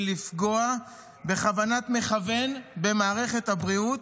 לפגוע בכוונת מכוון במערכת הבריאות,